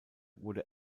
wurde